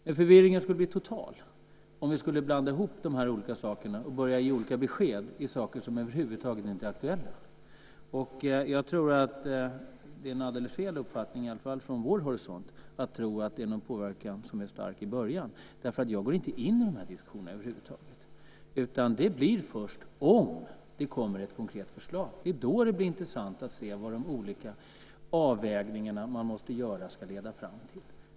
Men förvirringen skulle bli total om vi skulle blanda ihop dessa olika saker och börja ge olika besked i fråga om saker som över huvud taget inte är aktuella. Jag tror att det är en alldeles felaktig uppfattning, i alla fall från vår horisont, att tro att det är någon påverkan som är stark i början, därför att jag går över huvud taget inte in i dessa diskussioner. Det sker först om det kommer ett konkret förslag. Det är då som det blir intressant att se vad de olika avvägningar som man måste göra ska leda fram till.